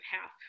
half